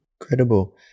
Incredible